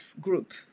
group